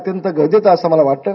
अत्यंत गरजेचं आहे असं मला वाटतं